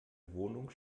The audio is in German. wohnung